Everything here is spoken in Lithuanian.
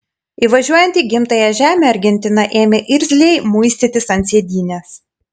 įvažiuojant į gimtąją žemę argentina ėmė irzliai muistytis ant sėdynės